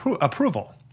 approval